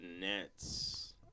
Nets